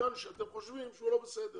מכאן שאתם חושבים שהוא לא בסדר